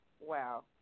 Wow